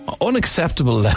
unacceptable